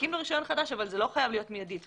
מנפיקים לו רישיון חדש אבל זה לא חייב להיות מיידית.